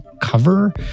cover